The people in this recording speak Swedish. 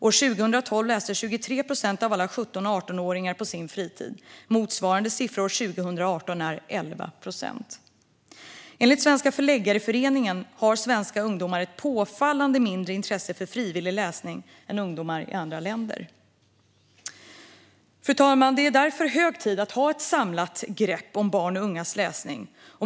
År 2012 läste 23 procent av alla 17-18-åringar på sin fritid. Motsvarande siffra för 2018 är 11 procent. Enligt Svenska Förläggareföreningen har svenska ungdomar ett påfallande mindre intresse för frivillig läsning än ungdomar i andra länder. Fru talman! Det är därför hög tid att ta ett samlat grepp om barns och ungas läsning.